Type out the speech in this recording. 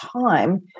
time